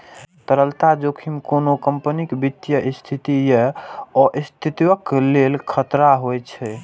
तरलता जोखिम कोनो कंपनीक वित्तीय स्थिति या अस्तित्वक लेल खतरा होइ छै